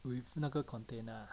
with 那个 container